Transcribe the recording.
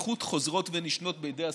בטיחות חוזרות ונשנות בידי הסוכנות.